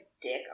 dick